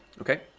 Okay